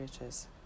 riches